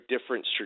different